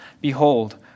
Behold